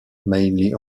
mainly